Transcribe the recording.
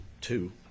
two